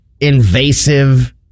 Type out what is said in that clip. invasive